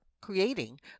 creating